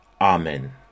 Amen